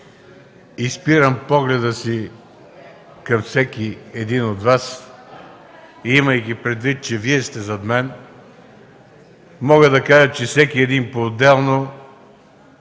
спирам погледа си към всеки един от Вас, имайки предвид, че Вие сте зад мен, мога да кажа, че всеки един поотделно